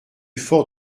fort